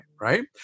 right